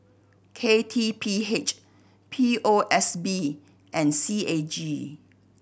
K T P H P O S B and C A G